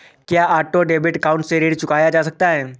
क्या auto debit account से ऋण चुकाया जा सकता है?